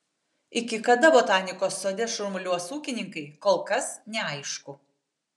iki kada botanikos sode šurmuliuos ūkininkai kol kas neaišku